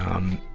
um,